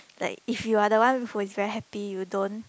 like if you are the one who is very happy you don't